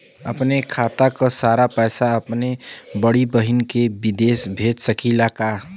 अपने खाते क सारा पैसा अपने बड़ी बहिन के विदेश भेज सकीला का?